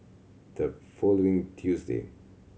the following Tuesday